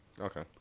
Okay